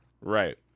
right